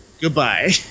Goodbye